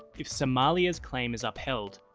if somalia's claim is upheld,